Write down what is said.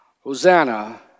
Hosanna